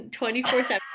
24-7